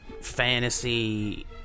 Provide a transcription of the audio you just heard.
fantasy